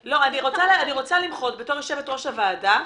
לא, אני רוצה למחות בתור יושבת-ראש הוועדה,